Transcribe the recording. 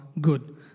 good